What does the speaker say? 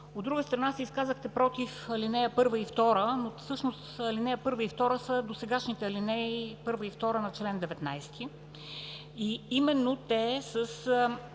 От друга страна, се изказахте против ал. 1 и 2, но всъщност ал. 1 и 2 са досегашните алинеи 1 и 2 на чл. 19 и именно те, с